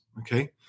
okay